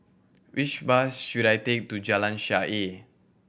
which bus should I take to Jalan Shaer